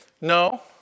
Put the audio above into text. no